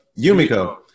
Yumiko